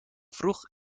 vroeg